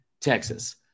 Texas